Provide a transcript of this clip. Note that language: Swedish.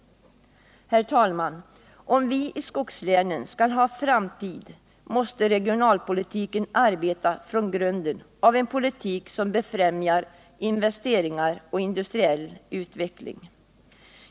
Herr talman! Om vi i skogslänen skall ha en framtid måste regionalpolitiken arbeta från grunden av en politik som befrämjar investeringar och industriell utveckling.